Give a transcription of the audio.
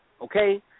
okay